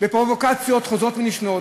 בפרובוקציות חוזרות ונשנות,